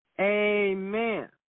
Amen